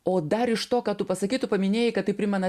o dar iš to ką tu pasakei tu paminėjai kad tai primena